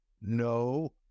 no